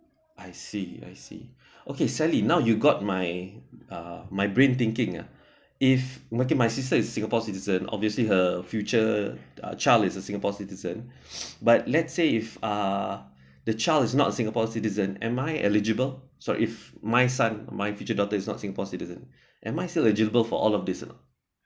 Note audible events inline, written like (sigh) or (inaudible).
I see I see (breath) okay sally now you got my uh my brain thinking uh if sister is singapore citizen obviously her future uh child is a singapore citizen (breath) but let's say if uh (breath) the child is not singapore citizen am I eligible sorry if my son my future daughter is not singapore citizen (breath) am I still eligible for all of this or not